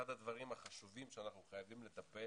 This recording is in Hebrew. אחד הדברים החשובים שאנחנו חייבים לטפל